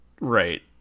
Right